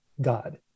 God